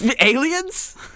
Aliens